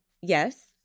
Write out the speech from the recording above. yes